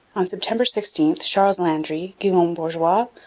on september sixteen charles landry, guillaume bourgois,